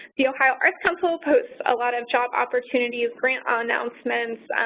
the ohio arts council posts a lot of job opportunities, grant um announcements,